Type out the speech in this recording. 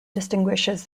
distinguishes